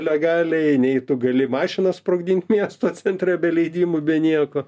legaliai nei tu gali mašiną sprogdint miesto centre be leidimų be nieko